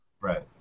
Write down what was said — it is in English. Right